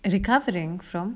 recovering from